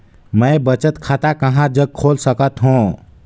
मैं बचत खाता कहां जग खोल सकत हों?